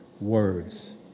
words